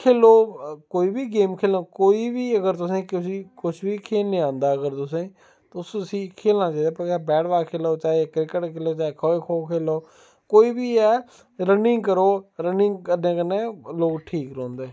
खेढो कोई बी गेम खेढो कोई बी अगर तुसें किश बी खेढने आंह्दा अगर तुसें तुसें उसी खेढना चाहिदा भामें बैट बॉल खेढो चाहे क्रिकेट खेढो चाहे खो खो खेढो कोई बी ऐ रन्निंग करो रन्निंग करने कन्नै लोग ठीक रौंह्दे